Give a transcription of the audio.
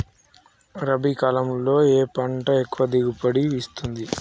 రబీ కాలంలో ఏ పంట ఎక్కువ దిగుబడి ఇస్తుంది?